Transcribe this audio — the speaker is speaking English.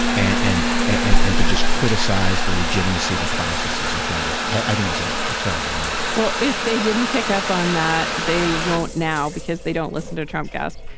and and and to just criticize the legitimacy the process as a whole i think was ah a terrible move well if they didn't pick up on that they won't now because they don't listen to trump cast.